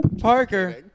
Parker